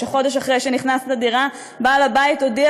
שחודש אחרי שנכנס לדירה בעל הבית הודיע